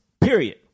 period